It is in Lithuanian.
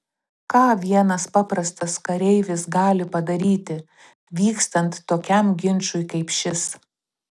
ką vienas paprastas kareivis gali padaryti vykstant tokiam ginčui kaip šis